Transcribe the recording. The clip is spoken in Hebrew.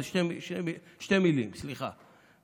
אלו שתי מילים, סליחה.